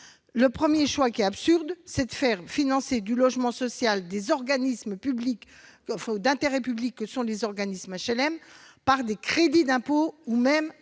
absurdes. Ce qui est absurde, c'est de faire financer le logement social des organismes d'intérêt public que sont les organismes HLM par des crédits d'impôt ou même